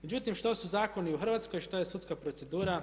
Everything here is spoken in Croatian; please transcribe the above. Međutim, što su zakoni u Hrvatskoj, što je sudska procedura.